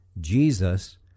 Jesus